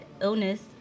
illness